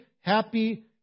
happy